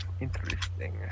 Interesting